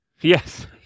Yes